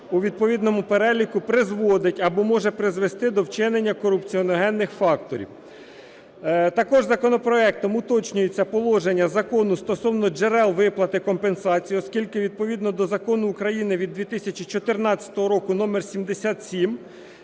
у відповідному переліку призводить або може призвести до вчинення корупціогенних факторів. Також законопроектом уточнюється положення закону стосовно джерел виплати компенсації, оскільки відповідно до Закону України від 2014 року № 77